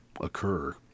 occur